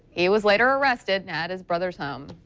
he was later arrested at his brother's home.